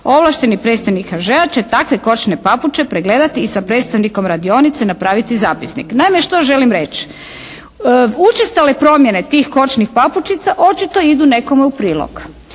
Ovlašteni predstavnik HŽ-a će takve kočne papuče pregledati i sa predstavnikom radionice napraviti zapisnik. Naime što želim reći? Učestale promjene tih kočnih papučica očito idu nekome u prilog.